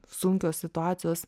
sunkios situacijos